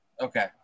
okay